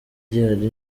gihari